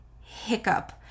hiccup